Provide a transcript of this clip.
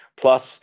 plus